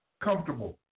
Comfortable